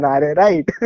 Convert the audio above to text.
right